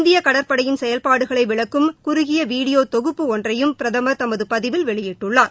இந்தியகடற்படையின் செயல்பாடுகளைவிளக்கும் குறுகியவீடியோதொகுப்பு ஒன்றையும் பிரதமர் தமதுபதிவில் வெளியிட்டுள்ளார்